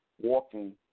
walking